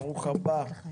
תודה.